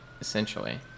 essentially